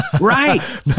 right